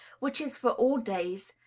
which is for all days,